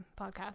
podcast